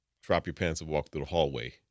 drop-your-pants-and-walk-through-the-hallway